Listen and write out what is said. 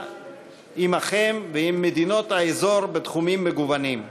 עמכם ועם מדינות האזור בתחומים מגוונים.